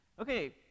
Okay